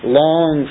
long